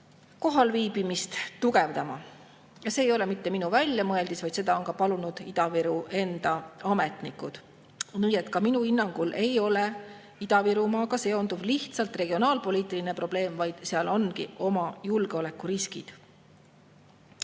kohalviibimist tugevdama. See ei ole mitte minu väljamõeldis, vaid seda on palunud Ida-Viru enda ametnikud. Nii et ka minu hinnangul ei ole Ida-Virumaaga seonduv lihtsalt regionaalpoliitiline probleem, vaid seal ongi oma julgeolekuriskid.